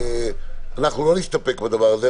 שלא נסתפק בדבר הזה.